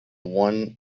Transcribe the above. one